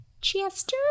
Chester